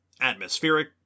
atmospheric